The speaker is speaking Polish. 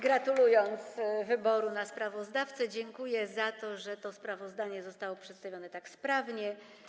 Gratulując wyboru na sprawozdawcę, dziękuję za to, że to sprawozdanie zostało przedstawione tak sprawnie.